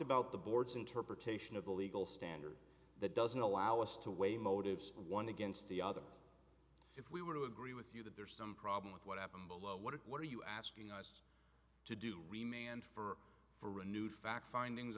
about the board's interpretation of the legal standard that doesn't allow us to weigh motives one against the other if we were to agree with you that there is some problem with what happened below what are you asking us to do remain and for for renewed fact findings